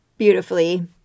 beautifully